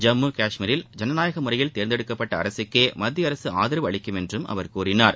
ஜம்மு கஷ்மீரில் ஜனநாயக முறையில் தேர்ந்தெடுக்கப்பட்ட அரசுக்கே மத்திய அரசு ஆதரவு அளிக்கும் என்றும் அவர் கூறினார்